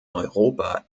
europa